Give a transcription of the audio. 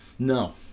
No